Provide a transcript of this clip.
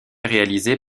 réalisée